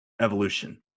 evolution